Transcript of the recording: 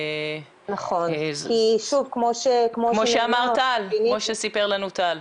כמו שסיפר לנו טל.